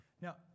Now